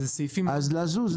אז לזוז.